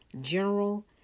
General